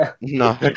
No